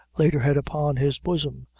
laid her head upon his bosom,